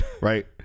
right